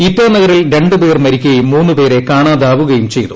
ഇറ്റാനഗറിൽ രണ്ട് പേർ മരിക്കുകയും മൂന്നുപേരെ കാണാതാവുകളും ചെയ്തു